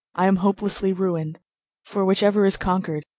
i am hopelessly ruined for, whichever is conquered,